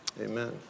Amen